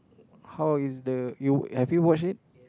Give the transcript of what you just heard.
how is the you have you watch it